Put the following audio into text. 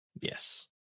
Yes